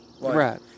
Right